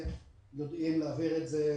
ויודעים להעביר את זה